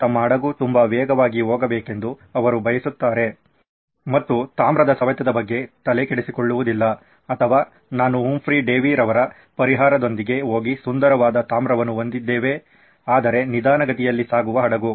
ತಮ್ಮ ಹಡಗು ತುಂಬಾ ವೇಗವಾಗಿ ಹೋಗಬೇಕೆಂದು ಅವರು ಬಯಸುತ್ತೇರೆ ಮತ್ತು ತಾಮ್ರದ ಸವೆತದ ಬಗ್ಗೆ ತಲೆ ಕೆಡಿಸಿಕೊಲ್ಲುವುದಿಲ್ಲ ಅಥವಾ ನಾನು ಹುಂಫ್ರಿ ಡೇವಿರವರ ಪರಿಹಾರದೊಂದಿಗೆ ಹೋಗಿ ಸುಂದರವಾದ ತಾಮ್ರವನ್ನು ಹೊಂದಿದ್ದೇವೆ ಆದರೆ ನಿಧಾನಗತಿಯಲ್ಲಿ ಸಾಗುವ ಹಡಗು